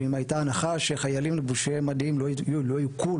שאם הייתה הנחה שחיילים לבושי מדים לא יוכו,